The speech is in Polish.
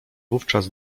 wówczas